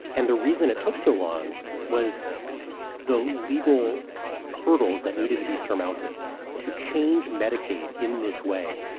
and the reason it took so long was the legal hurdles that needed to be surmounted to change medicaid in this way.